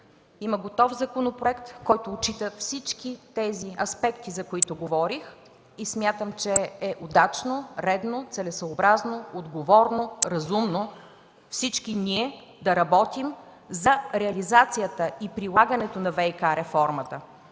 има готов законопроект, който отчита всички аспекти, за които говорих. Смятам, че е удачно, редно, целесъобразно, отговорно, разумно всички ние да работим за реализацията и прилагането на ВиК реформата,